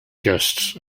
guests